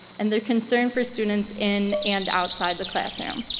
and their concern for students in and outside the classroom.